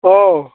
औ